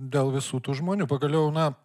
dėl visų tų žmonių pagaliau na